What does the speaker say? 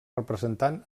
representant